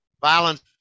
violence